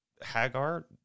Hagar